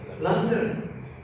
London